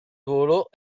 volo